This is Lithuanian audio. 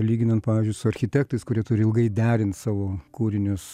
lyginant pavyzdžiui su architektais kurie turi ilgai derint savo kūrinius